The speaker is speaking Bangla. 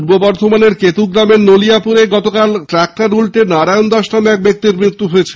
পূর্ব বর্ধমানের কেতুগ্রামে নলিয়াপুরে গতকাল ট্রাক্টর উল্টে নারায়ণ দাস নামে এক ব্যক্তির মৃত্যু হয়েছে